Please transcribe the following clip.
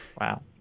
Wow